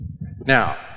Now